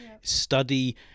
study